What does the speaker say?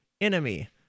enemy